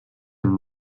amb